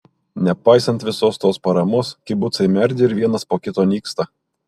nepaisant visos tos paramos kibucai merdi ir vienas po kito nyksta